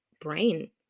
brain